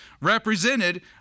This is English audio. represented